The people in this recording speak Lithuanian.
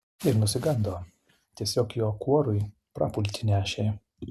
ir nusigando tiesiog jo kuorui prapultį nešė